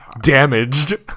damaged